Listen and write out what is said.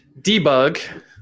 debug